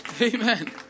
amen